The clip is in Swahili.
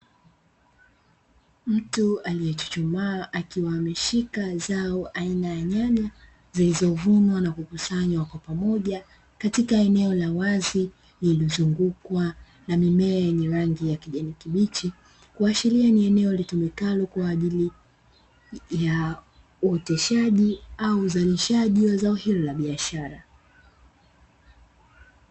Mtu aliyechuchumaa akiwa ameshika zao aina ya nyanya, zilizovunwa na kukusanywa kwa pamoja katika eneo la wazi lililozungukwa na mimea yenye rangi ya kijani kibichi, kuashiria ni eneo litumikalo kwa ajili ya uoteshaji au uzalishaji wa zao hilo la biashara.